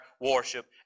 worship